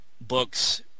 books